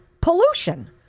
pollution